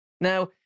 Now